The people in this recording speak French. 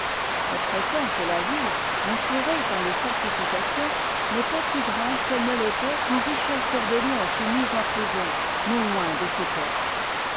on prétend que la ville renfermée dans les fortifications n'est pas plus grande qu'elle ne l'était quand richard cœur de lion fut mis en prison non loin de ses portes